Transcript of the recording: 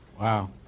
Wow